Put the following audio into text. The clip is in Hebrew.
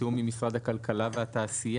בתיאום עם משרד הכלכלה והתעשייה.